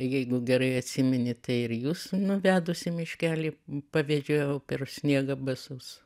jeigu gerai atsimeni tai ir jus nuvedus į miškelį pavedžiojau per sniegą basus